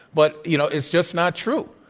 but you know, it's just not true.